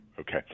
Okay